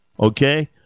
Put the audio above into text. okay